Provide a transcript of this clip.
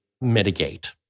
mitigate